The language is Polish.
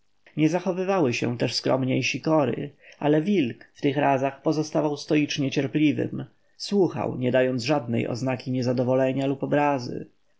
nie zachowywały się też skromnie i sikory ale wilk w tych razach pozostawał stoicznie cierpliwym słuchał nie dając żadnej oznaki niezadowolenia lub obrazy